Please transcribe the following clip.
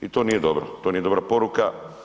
I to nije dobro, to nije dobra poruka.